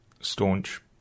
staunch